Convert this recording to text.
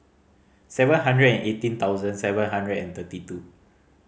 seven hundred and eighteen thousand seven hundred and thirty two